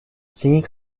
singing